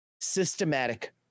systematic